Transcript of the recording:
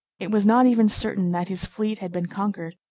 it was not even certain that his fleet had been conquered.